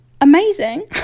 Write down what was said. amazing